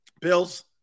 Bills